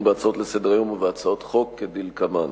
בהצעות לסדר-היום ובהצעות חוק כדלקמן: